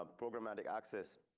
um programmatic access.